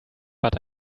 but